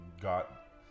got